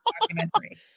documentary